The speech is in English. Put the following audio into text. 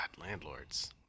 landlords